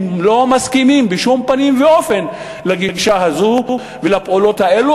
הם לא מסכימים לגישה הזאת ולפעולות האלה.